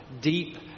deep